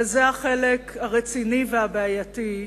וזה החלק הרציני והבעייתי,